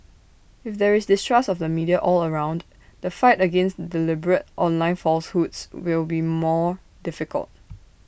if there is distrust of the media all around the fight against deliberate online falsehoods will be more difficult